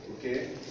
Okay